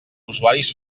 usuaris